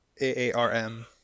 AARM